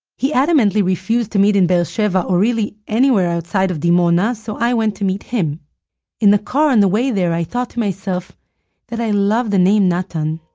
he adamantly refused to meet in be'er sheva, or really anywhere outside of dimona. so i went to meet him in the car on the way there i thought to myself that i love the name natan.